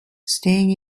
staying